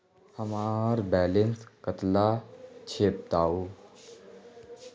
हमार बैलेंस कतला छेबताउ?